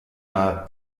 nav